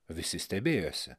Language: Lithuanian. visi stebėjosi